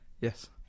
yes